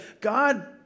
God